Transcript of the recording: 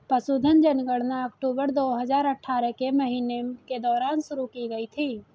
पशुधन जनगणना अक्टूबर दो हजार अठारह के महीने के दौरान शुरू की गई थी